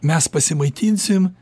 mes pasimaitinsim